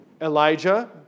Elijah